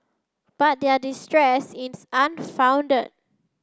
but their distress is unfounded